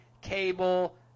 Cable